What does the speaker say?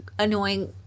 annoying